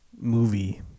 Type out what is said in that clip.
movie